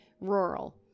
rural